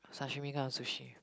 sashimi kind of sushi